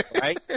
Right